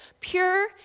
pure